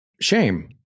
shame